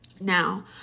Now